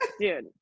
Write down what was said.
Dude